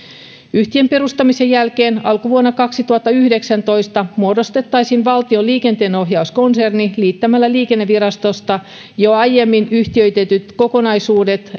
yhtiön perustamisen jälkeen alkuvuonna kaksituhattayhdeksäntoista muodostettaisiin valtion liikenteenohjauskonserni liittämällä siihen liikennevirastosta jo aiemmin yhtiöitetyt kokonaisuudet